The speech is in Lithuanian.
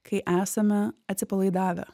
kai esame atsipalaidavę